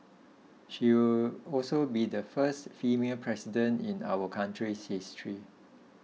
she will also be the first female president in our country's history